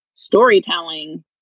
storytelling